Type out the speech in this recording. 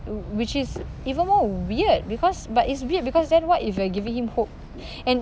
which is even more weird because but is weird because then what if you're giving him hope and